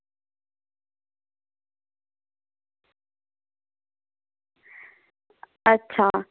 अच्छा